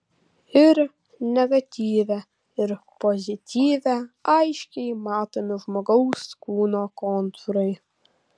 ir negatyve ir pozityve aiškiai matomi žmogaus kūno kontūrai